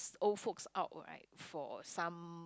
old folks out right for some